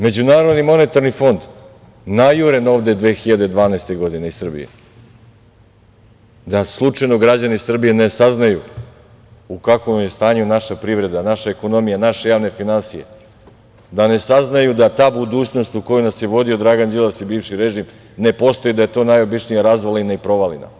Međunarodni monetarni fond najuren ovde 2012. godine iz Srbije da slučajno građani Srbije ne saznaju u kakvom je stanju naša privreda, naša ekonomija, naše javne finansije da ne saznaju da ta budućnost u koju nas je vodio Dragan Đilas i bivši režim ne postoji, da je to najobičnija razvalina i provalija.